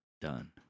Done